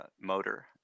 motor